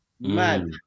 mad